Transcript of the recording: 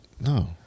No